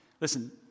listen